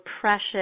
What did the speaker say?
precious